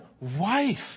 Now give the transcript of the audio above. wife